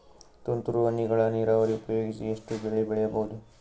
ತುಂತುರು ಹನಿಗಳ ನೀರಾವರಿ ಉಪಯೋಗಿಸಿ ಎಷ್ಟು ಬೆಳಿ ಬೆಳಿಬಹುದು?